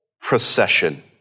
procession